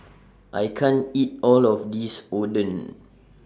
I can't eat All of This Oden